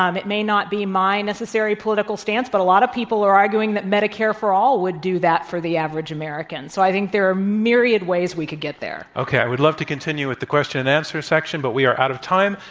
um it may not be my necessary political stance, but a lot of people are arguing that medicare for all would do that for the average american. so, i think there are myriad ways we could get there. okay. i would love to continue with the question and answer section, but we are out of time.